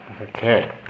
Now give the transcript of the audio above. okay